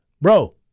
Bro